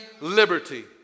Liberty